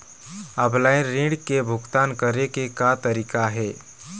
Offline ऋण के भुगतान करे के का तरीका हे?